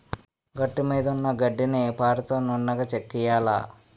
గట్టుమీదున్న గడ్డిని పారతో నున్నగా చెక్కియ్యాల